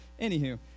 Anywho